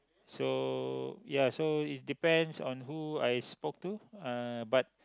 so ya so it depends on who I spoke to uh but